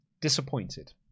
disappointed